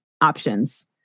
options